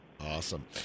Awesome